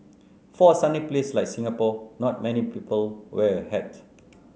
for a sunny place like Singapore not many people wear a hat